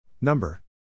Number